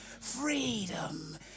Freedom